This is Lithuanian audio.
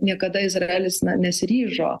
niekada izraelis na nesiryžo